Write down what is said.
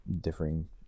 differing